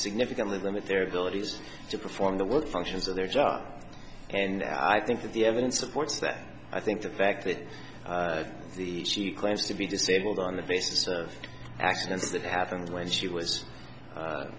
significantly limit their abilities to perform the work functions of their job and i think that the evidence supports that i think the fact that she claims to be disabled on the basis of accidents that happened when she was